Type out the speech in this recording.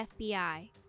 FBI